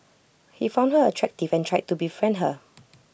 he found her attractive and tried to befriend her